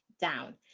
down